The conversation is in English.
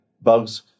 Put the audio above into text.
bugs